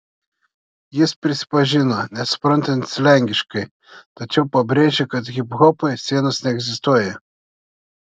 jis prisipažino nesuprantantis lenkiškai tačiau pabrėžė kad hiphopui sienos neegzistuoja